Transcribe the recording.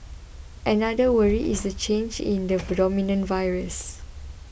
another worry is the change in the dominant virus